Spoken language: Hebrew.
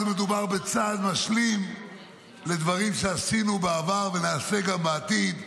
מדובר בצעד משלים לדברים שעשינו בעבר ונעשה גם בעתיד.